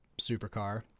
Supercar